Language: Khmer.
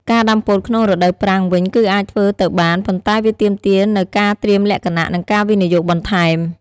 ការដាំពោតក្នុងរដូវប្រាំងវិញគឺអាចធ្វើទៅបាន ប៉ុន្តែវាទាមទារនូវការត្រៀមលក្ខណៈ និងការវិនិយោគបន្ថែម។